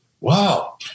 wow